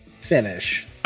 finish